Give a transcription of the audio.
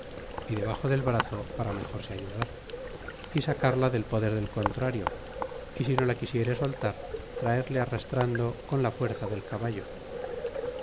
y debaxo del brazo para mejor se ayudar y sacarla del poder del contrario y si no la quisiere soltar traerle arrastrando con la fuerza del caballo